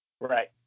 Right